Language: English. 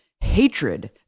hatred